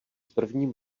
prvním